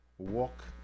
Walk